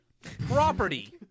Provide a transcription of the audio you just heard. property